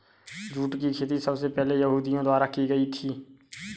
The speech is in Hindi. जूट की खेती सबसे पहले यहूदियों द्वारा की गयी थी